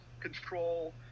control